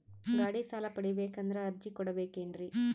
ಗಾಡಿ ಸಾಲ ಪಡಿಬೇಕಂದರ ಅರ್ಜಿ ಕೊಡಬೇಕೆನ್ರಿ?